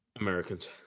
Americans